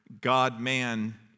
God-man